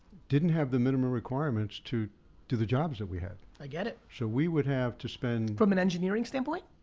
didn't have the minimum requirements to do the jobs that we had. i get it. so we would have to spend from an engineering standpoint?